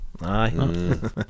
Aye